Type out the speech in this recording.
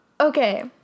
Okay